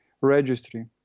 Registry